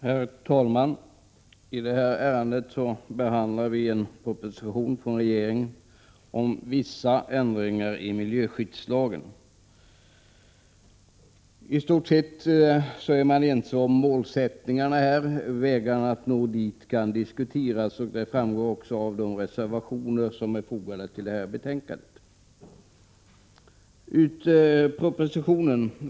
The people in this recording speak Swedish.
Herr talman! I detta ärende behandlar vi en proposition från regeringen om vissa ändringar i miljöskyddslagen. I stort sett är man ense om målsättningarna, men vägarna att nå dit kan diskuteras. Det framgår också av de reservationer som är fogade till utskottets betänkande.